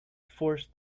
forced